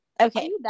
Okay